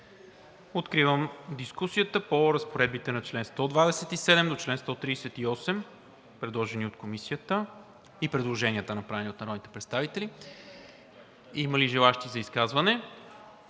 Откривам дискусията по разпоредбите на чл. 127 до чл. 138, предложени от Комисията, и предложенията, направени от народните представители. Има ли желаещи за изказване?